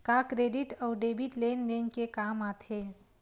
का क्रेडिट अउ डेबिट लेन देन के काम आथे?